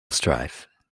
strife